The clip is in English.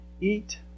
eat